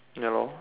ya lor